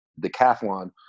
decathlon